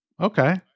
Okay